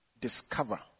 discover